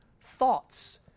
thoughts